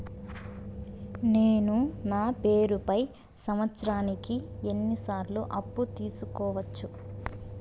నేను నా పేరుపై సంవత్సరానికి ఎన్ని సార్లు అప్పు తీసుకోవచ్చు?